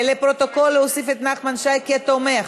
לפרוטוקול, להוסיף את נחמן שי כתומך.